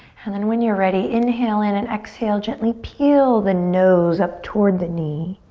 and then when you're ready, inhale in and exhale, gently peel the nose up toward the knee.